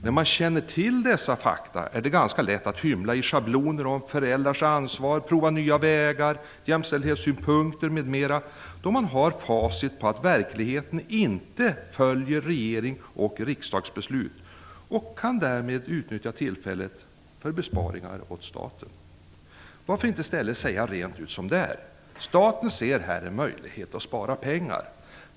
När man nu känner till dessa fakta är det ganska lätt att hymla i schabloner om föräldrars ansvar, att man skall prova nya vägar, jämställdhetssynpunkter m.m. Man har facit på att verkligheten inte följer regeringens och riksdagens beslut. Därmed kan man utnyttja tillfället att göra besparingar åt staten. Varför säger man inte i stället rent ut som det är? Staten ser nu en möjlighet att spara pengar.